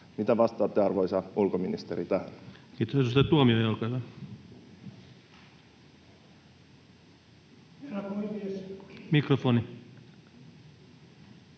Mitä vastaatte, arvoisa ulkoministeri, tähän? Kiitos. — Edustaja Tuomioja, olkaa hyvä. — Mikrofoni.